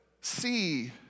see